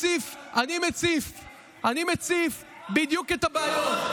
אני מציף בדיוק את הבעיות,